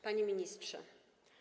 Panie Ministrze!